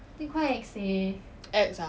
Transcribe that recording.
ex ah